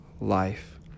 life